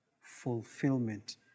Fulfillment